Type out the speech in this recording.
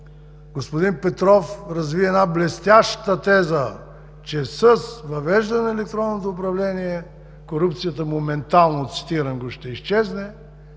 Господин Петров разви една блестяща теза, че с въвеждане на електронното управление корупцията моментално, цитирам го, ще изчезне